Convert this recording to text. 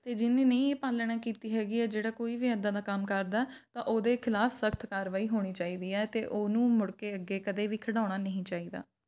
ਅਤੇ ਜਿਹਨੇ ਨਹੀਂ ਪਾਲਣਾ ਕੀਤੀ ਹੈਗੀ ਆ ਜਿਹੜਾ ਕੋਈ ਵੀ ਇੱਦਾਂ ਦਾ ਕੰਮ ਕਰਦਾ ਤਾਂ ਉਹਦੇ ਖਿਲਾਫ ਸਖਤ ਕਾਰਵਾਈ ਹੋਣੀ ਚਾਹੀਦੀ ਹੈ ਅਤੇ ਉਹਨੂੰ ਮੁੜ ਕੇ ਅੱਗੇ ਕਦੇ ਵੀ ਖਿਡਾਉਣਾ ਨਹੀਂ ਚਾਹੀਦਾ